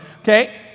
Okay